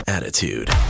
Attitude